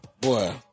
boy